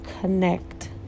connect